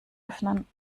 öffnen